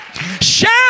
Shout